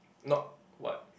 not what